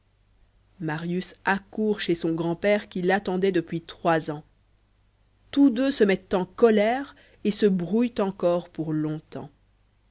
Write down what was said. marius accourt chez son grand-père qui l'attendait depuis trois ans tous deux se mettent en colère et se brouillent encor pour longtemps